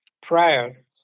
prior